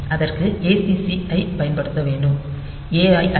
அதற்கு acc ஐப் பயன்படுத்த வேண்டும் A ஐ அல்ல